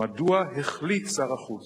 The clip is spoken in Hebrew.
אני רוצה לחזור על השאלה: מדוע החליט שר החוץ,